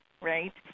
right